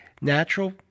natural